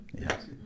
yes